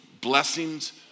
blessings